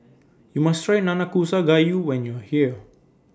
YOU must Try Nanakusa Gayu when YOU Are here